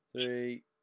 three